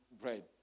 bread